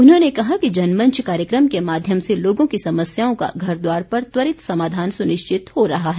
उन्होंने कहा कि जनमंच कार्यक्रम के माध्यम से लोगों की समस्याओं का घरद्दार पर त्वरित समाधान सुनिश्चित हो रहा है